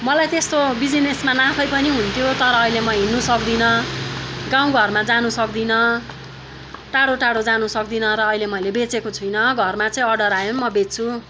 मलाई त्यस्तो बिजनेसमा नाफै पनि हुन्थ्यो तर अहिले म हिन्नु सक्दिन गाउँघरमा जानु सक्दैन टाढोटाढो जानु सक्दिन र अहिले मैले बेचेको छुइनँ घरमा चाहिँ अर्डर आयो पनि म बेच्छु